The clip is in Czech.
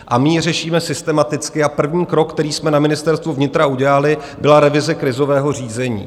A my ji řešíme systematicky a první krok, který jsme na Ministerstvu vnitra udělali, byla revize krizového řízení.